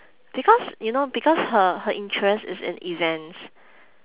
because you know because her her interest is in events